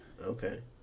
Okay